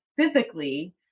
physically